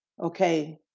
okay